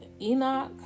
Enoch